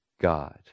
God